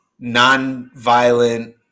nonviolent